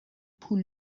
پول